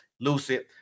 lucid